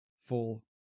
full